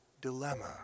dilemma